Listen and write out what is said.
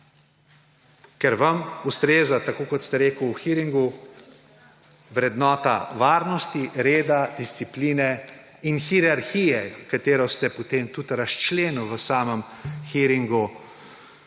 Ker vam ustreza, tako kot ste rekli v hearingu, vrednota varnosti, reda, discipline in hierarhije, ki ste jo potem tudi razčlenili v samem hearingu,